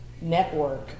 network